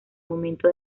momento